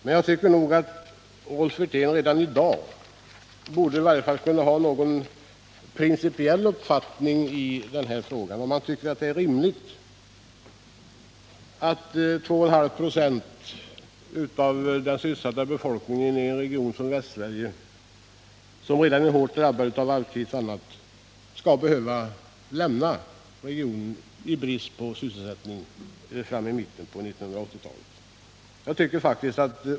Men jag tycker att Rolf Wirtén redan i dag i varje fall borde kunna ha en principiell uppfattning i denna fråga och deklarera om han anser att det är rimligt att 2,5 26 av den sysselsatta befolkningen i en region som Västsverige, som redan är hårt drabbad av varvskris och annat, i mitten av 1980-talet skall behöva lämna regionen i brist på sysselsättning.